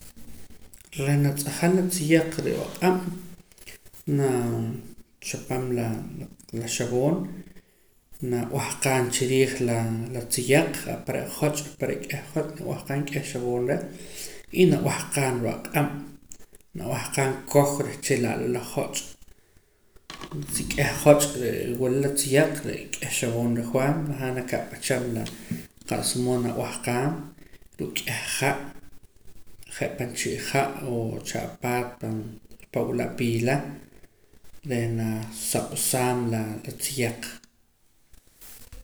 Reh natz'ajam la tziyaq ruu' aq'ab' naa chapam laa la la xab'oon nab'ahqaam chiriij laa la tziyaq apare' joch' apare' k'eh joch' nab'ahqaam k'eh xab'oon reh y nab'ahqaam ruu' aq'ab' nab'ahqaam koj reh chila'la la joch' si k'eh joche' re' wul la tziyaq re' k'eh xaboon rajwaam na ka'pacham la qa'sa moo nab'ahqaam ruu' k'eh ha' je' pan chii' ha' oo chi apaat pan apa' wul apiila reh na saqsaam la tziyaq